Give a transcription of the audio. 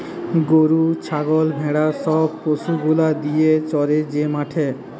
গরু ছাগল ভেড়া সব পশু গুলা গিয়ে চরে যে মাঠে